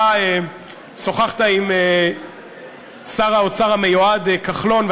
אתה שוחחת עם שר האוצר המיועד כחלון,